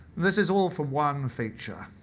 this is all for one feature.